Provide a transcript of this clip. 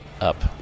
up